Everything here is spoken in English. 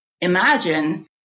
imagine